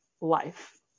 life